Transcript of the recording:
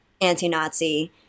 anti-Nazi